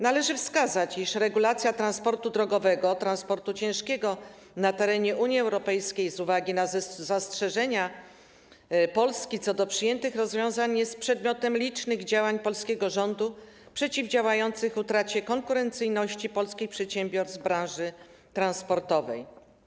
Należy wskazać, iż regulacja kwestii transportu drogowego, transportu ciężkiego na terenie Unii Europejskiej z uwagi na zastrzeżenia Polski co do przyjętych rozwiązań jest przedmiotem licznych działań polskiego rządu przeciwdziałających utracie konkurencyjności polskich przedsiębiorstw z branży transportowej.